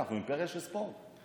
אנחנו אימפריה של ספורט.